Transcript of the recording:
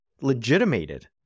legitimated